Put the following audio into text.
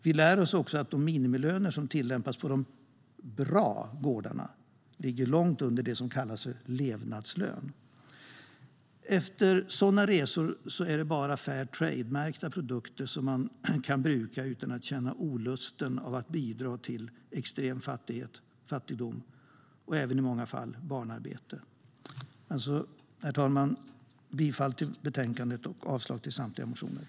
Vi lär oss också att de minimilöner som tillämpas på de "bra" gårdarna ligger långt under en så kallad levnadslön. Efter sådana resor är det bara Fairtrademärkta produkter man kan bruka utan att känna olust över att bidra till extrem fattigdom och i många fall även barnarbete. Herr talman! Jag yrkar som sagt bifall till utskottets förslag och avslag på samtliga motioner.